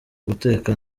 guteka